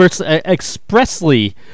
expressly